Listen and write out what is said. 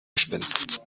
gespenst